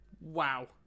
Wow